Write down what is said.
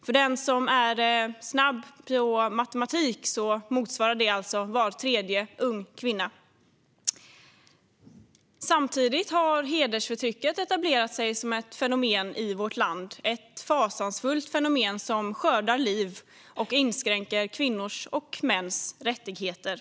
För den som är snabb på matematik motsvarar det var tredje ung kvinna. Samtidigt har hedersförtrycket etablerat sig som ett fenomen i vårt land. Det är ett fasansfullt fenomen som skördar liv och inskränker kvinnors och mäns rättigheter.